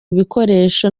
ibikoresho